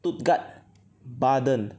stuttgart baden